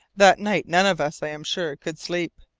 that night none of us, i am sure, could sleep.